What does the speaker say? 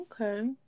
Okay